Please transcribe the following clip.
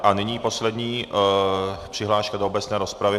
A nyní poslední přihláška do obecné rozpravy.